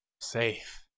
Safe